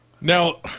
Now